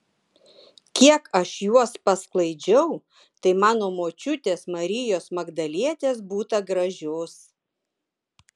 kiek aš juos pasklaidžiau tai mano močiutės marijos magdalietės būta gražios